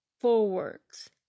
forwards